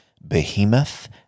Behemoth